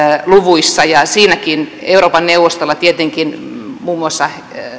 luvuissa ja siinäkin euroopan neuvostolla tietenkin muun muassa